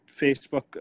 Facebook